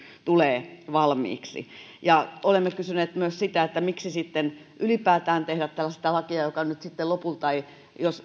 tulee valmiiksi olemme kysyneet myös miksi sitten ylipäätään tehdä tällaista lakia joka nyt sitten lopulta jos